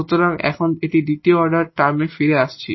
সুতরাং এখন দ্বিতীয় অর্ডার টার্মে ফিরে আসছি